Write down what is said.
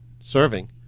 serving